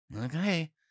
Okay